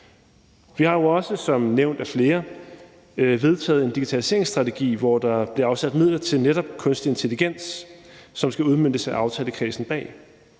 Vi har jo også som nævnt af flere andre vedtaget en digitaliseringsstrategi, hvor der bliver afsat midler til netop kunstig intelligens, som skal udmøntes af aftalekredsen bag